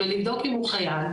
ולבדוק אם הוא חייל,